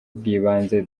bw’ibanze